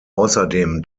außerdem